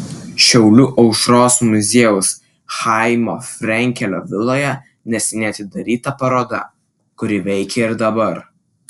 šiaulių aušros muziejaus chaimo frenkelio viloje neseniai atidaryta paroda kuri veikia ir dabar